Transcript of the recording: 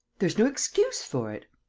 there's no excuse for it.